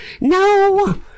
no